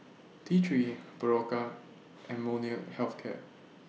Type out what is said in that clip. T three Berocca and Molnylcke Health Care